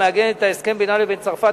המעגנת את ההסכם בינה לבין צרפת,